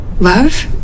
Love